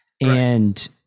And-